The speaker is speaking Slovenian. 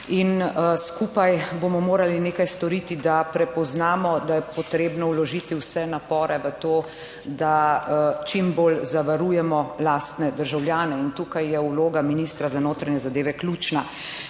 in skupaj bomo morali nekaj storiti, da prepoznamo, da je potrebno vložiti vse napore v to, da čim bolj zavarujemo lastne državljane. In tukaj je vloga ministra za notranje zadeve ključna.